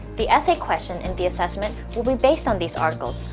the essay question in the assessment will be based on these articles,